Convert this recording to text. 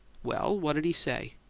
well, what did he say?